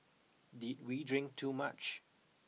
did we drink too much